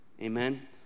Amen